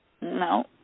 No